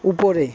উপরে